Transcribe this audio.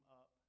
up